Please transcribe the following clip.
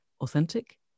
authentic